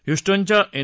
ह्यूस्टनच्या N